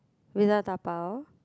without dabao